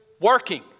working